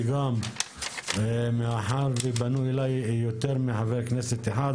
וגם מאחר ופנו אליי יותר מחבר כנסת אחד,